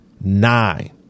nine